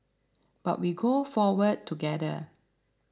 but we go forward together